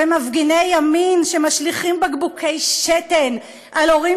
ומפגיני ימין שמשליכים בקבוקי שתן על הורים